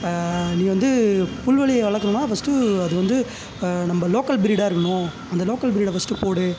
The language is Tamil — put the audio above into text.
நீ வந்து புல்வெளி வளர்க்கணும்னா ஃபஸ்ட்டு அது வந்து நம்ம லோக்கல் ப்ரீடாக இருக்கணும் அந்த லோக்கல் ப்ரீடை ஃபஸ்ட்டு போடு